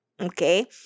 Okay